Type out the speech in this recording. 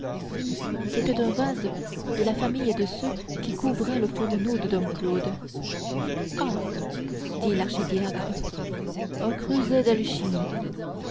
c'était un vase de la famille de ceux qui couvraient le fourneau de dom claude ah dit l'archidiacre